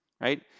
right